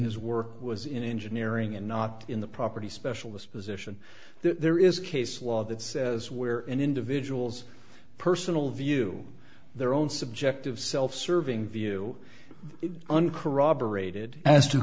his work was in engineering and not in the property specialist position there is case law that says where an individual's personal view their own subjective self serving view is uncorroborated as to